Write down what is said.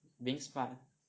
being smart